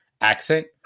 accent